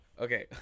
okay